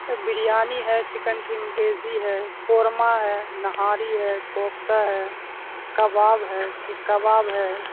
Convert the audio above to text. سر بریانی ہے چکن چنگیزی ہے قورمہ ہے نہاری ہے کوفتہ ہے کباب ہے سیخ کباب ہے